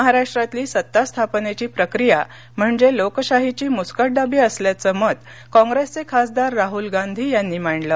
महाराष्ट्रातली सत्तास्थापनेचीप्रक्रिया म्हणजे लोकशाहीची मुस्कटदाबी असल्याचं मत कॉंग्रेसचे खासदार राहुल गांधीयांनी मांडलं